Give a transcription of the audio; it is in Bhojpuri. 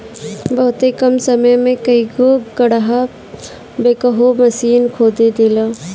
बहुते कम समय में कई गो गड़हा बैकहो माशीन खोद देले